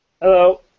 Hello